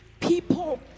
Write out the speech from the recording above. people